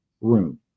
room